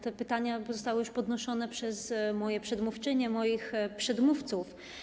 Te pytania były już podnoszone przez moje przedmówczynie, moich przedmówców.